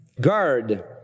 guard